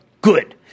good